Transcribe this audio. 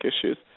issues